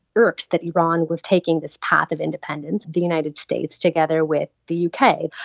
irked that iran was taking this path of independence, the united states, together with the u k,